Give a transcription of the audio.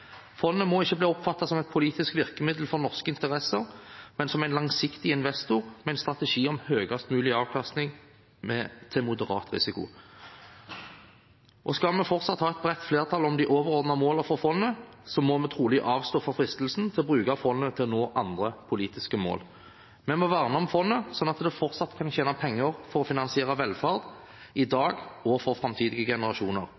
Fondet må ikke bli oppfattet som et politisk virkemiddel for norske interesser, men som en langsiktig investor med en strategi om høyest mulig avkastning til moderat risiko. Skal vi fortsatt ha et bredt flertall om de overordnede målene for fondet, må vi trolig avstå fra fristelsen til å bruke fondet for å nå andre politiske mål. Vi må verne om fondet slik at det fortsatt kan tjene penger på å finansiere velferd – i dag og for framtidige generasjoner.